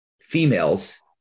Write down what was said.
females